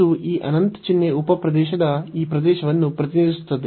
ಅದು ಈ ಅನಂತ ಚಿಹ್ನೆಯ ಉಪ ಪ್ರದೇಶದ ಈ ಪ್ರದೇಶವನ್ನು ಪ್ರತಿನಿಧಿಸುತ್ತಿದೆ